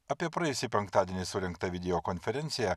apie praėjusį penktadienį surengtą video konferenciją